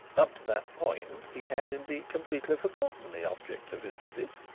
up to that point, he had, indeed, completely forgotten the object of his visit.